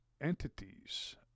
entities